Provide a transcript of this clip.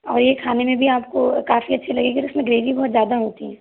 और ये खाने में भी आपको काफ़ी अच्छी लगेगी और इसमें ग्रेवी बहुत ज़्यादा होती है